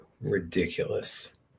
ridiculous